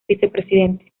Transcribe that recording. vicepresidente